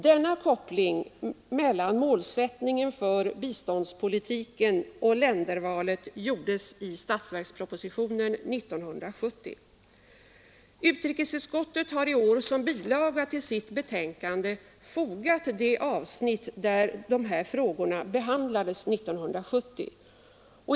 Denna koppling mellan målsättningen för biståndspolitiken och ländervalet gjordes i statsverkspropositionen 1970. Utrikesutskottet har i år som bilaga till sitt betänkande fogat det avsnitt där de här frågorna behandlades 1970.